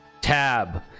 tab